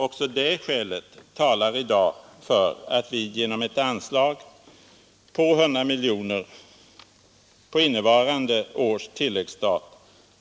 Också det skälet talar i dag för att riksdagen genom ett anslag på 100 miljoner kronor på innevarande års tilläggsstat